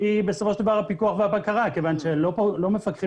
היא בסופו של דבר הפיקוח והבקרה כיוון שלא מפקחים